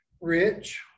rich